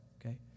okay